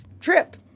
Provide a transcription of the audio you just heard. trip